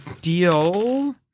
deal